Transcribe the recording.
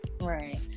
Right